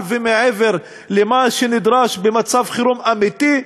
ומעבר למה שנדרש במצב חירום אמיתי.